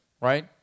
Right